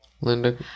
Linda